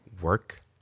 work